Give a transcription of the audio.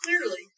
clearly